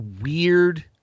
weird